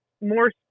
more